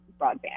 broadband